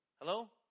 Hello